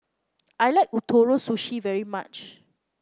I like Ootoro Sushi very much